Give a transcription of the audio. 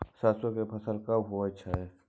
सरसो के फसल कब होय छै?